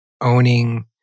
owning